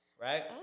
Right